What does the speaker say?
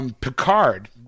Picard